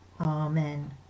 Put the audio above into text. Amen